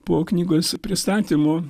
po knygos pristatymo